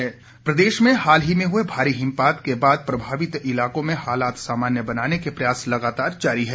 मौसम प्रदेश में हाल ही में हुए भारी हिमपात के बाद प्रभावित इलाकों में हालात सामान्य बनाने के प्रयास लगातार जारी हैं